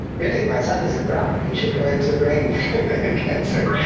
really? my son is at brown. and he should go into brain cancer.